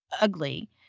ugly